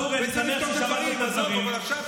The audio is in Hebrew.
ואטורי,